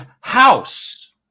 house